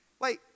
Wait